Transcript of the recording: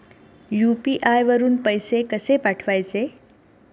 UPI वरून पैसे कसे पाठवायचे?